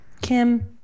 Kim